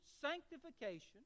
sanctification